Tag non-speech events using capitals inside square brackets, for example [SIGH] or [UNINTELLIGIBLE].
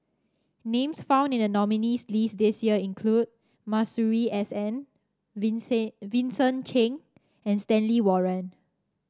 names found in the nominees' list this year include Masuri S N [UNINTELLIGIBLE] Vincent Cheng and Stanley Warren